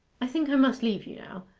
i think i must leave you now.